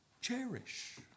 cherish